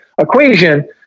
equation